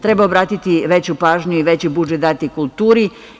Treba obratiti veću pažnju i veći budžet dati kulturi.